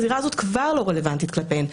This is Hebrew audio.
הזירה הזאת כבר לא רלוונטית כלפיהן,